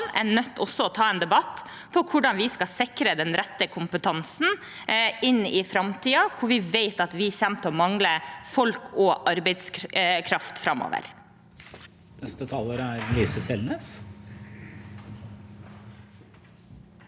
er nødt til å ta en debatt om hvordan vi skal sikre den rette kompetansen inn i framtiden, for vi vet at vi kommer til å mangle folk og arbeidskraft framover.